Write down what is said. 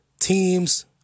team's